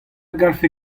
garfe